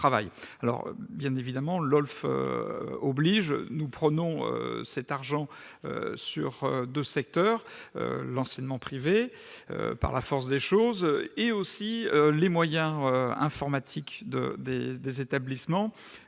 alors bien évidemment LOLF oblige, nous prenons cet argent sur 2 secteurs : l'enseignement privé, par la force des choses, et aussi les moyens informatiques de des établissements